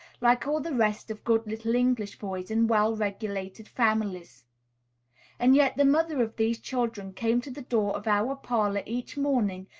like all the rest of good little english boys in well-regulated families and yet the mother of these children came to the door of our parlor each morning,